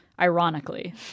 ironically